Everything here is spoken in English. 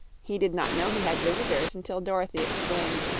he did not know he had visitors until dorothy exclaimed